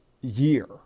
year